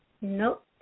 Nope